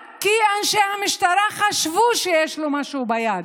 רק כי אנשי המשטרה חשבו שיש לו משהו ביד.